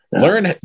learn